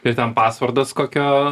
ir ten pasvordas kokio